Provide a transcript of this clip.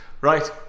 right